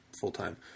full-time